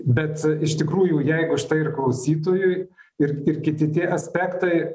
bet iš tikrųjų jeigu štai ir klausytojui ir ir kiti tie aspektai